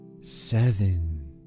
seven